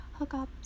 hookups